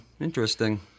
interesting